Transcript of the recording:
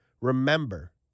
remember